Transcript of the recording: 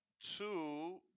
two